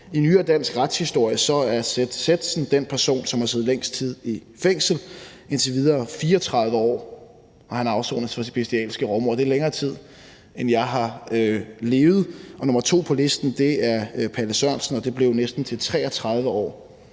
I nyere dansk retshistorie er Seth Sethsen den person, som har siddet længst tid i fængsel, indtil videre er det 34 år, og han afsoner for sit bestialske rovmord. Det er længere tid, end jeg har levet. Nr. 2 på listen er Palle Sørensen, og det blev næsten til 33 år,